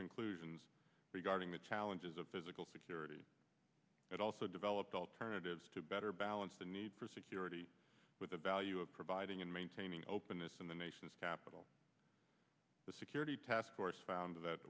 conclusions regarding the challenges of physical security but also developed alternatives to better balance the need for security with the value of providing and maintaining openness in the nation's capital the security taskforce found that